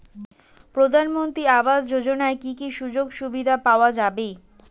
প্রধানমন্ত্রী আবাস যোজনা কি কি সুযোগ সুবিধা পাওয়া যাবে?